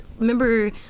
remember